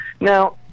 now